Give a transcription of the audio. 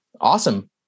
Awesome